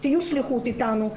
בשליחות איתנו.